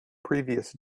previous